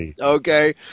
Okay